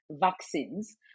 vaccines